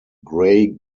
grey